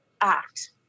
act